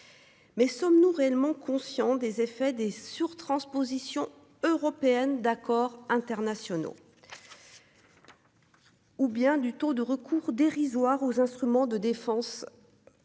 Mais sommes-nous réellement conscients des effets des sur-transpositions européennes d'accords internationaux. Ou bien du taux de recours dérisoire aux instruments de défense.